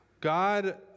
God